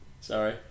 sorry